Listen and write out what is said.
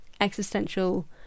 existential